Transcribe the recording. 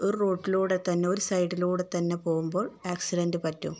ഒരു റൂട്ടിലൂടെ തന്നെ ഒരു സൈഡിലൂടെ തന്നെ പോവുമ്പോൾ ആക്സിഡൻ്റ് പറ്റും